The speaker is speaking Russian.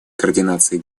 координация